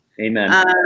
Amen